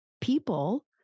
people